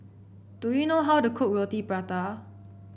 do you know how to cook Roti Prata